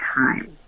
time